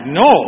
no